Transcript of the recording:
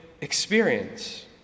experience